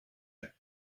hekk